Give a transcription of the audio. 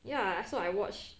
ya so I watch